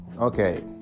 okay